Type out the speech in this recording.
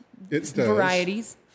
varieties